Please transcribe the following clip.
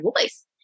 voice